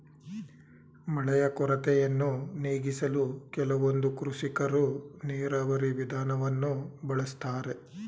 ಮಳೆಯ ಕೊರತೆಯನ್ನು ನೀಗಿಸಲು ಕೆಲವೊಂದು ಕೃಷಿಕರು ನೀರಾವರಿ ವಿಧಾನವನ್ನು ಬಳಸ್ತಾರೆ